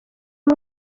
mwe